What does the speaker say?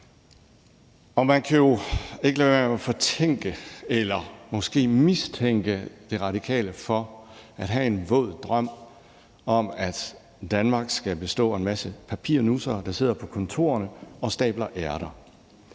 Man kan jo ikke lade være med at mistænke De Radikale for at have en våd drøm om, at Danmark skal bestå af en masse papirnussere, der sidder på kontoret og stabler ærter.